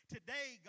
Today